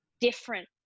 different